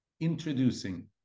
introducing